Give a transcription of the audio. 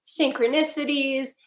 synchronicities